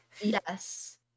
yes